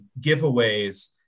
giveaways